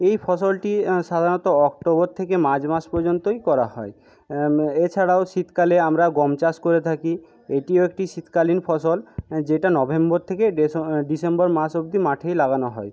এই ফসলটি সাধারণত অক্টোবর থেকে মার্চ মাস পর্যন্তই করা হয় এছাড়াও শীতকালে আমরা গম চাষ করে থাকি এটিও একটি শীতকালীন ফসল যেটা নভেম্বর থেকে ডিসেম্বর মাস অব্দি মাঠেই লাগানো হয়